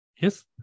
Yes